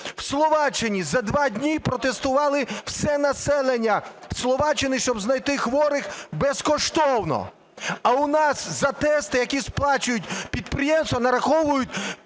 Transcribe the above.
У Словаччині за два дні протестували все населення Словаччини, щоб знайти хворих безкоштовно. А у нас за тести, які сплачують підприємства, нараховують